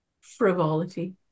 frivolity